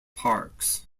parks